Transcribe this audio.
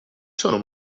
sono